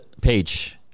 page